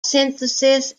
synthesis